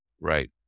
right